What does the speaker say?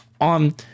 on